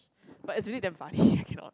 but is really damn funny I cannot